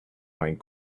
find